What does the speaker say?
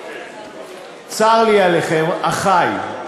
צר לי עליכם, אחי.